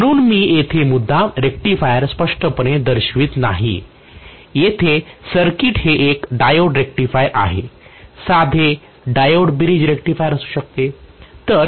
म्हणून मी येथे मुद्दाम रेक्टिफायर स्पष्टपणे दर्शवित नाही येथे सर्किट हे एक डायोड रेक्टिफायर आहे साधे डायोड ब्रिज रेक्टिफायर असू शकते